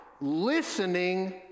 listening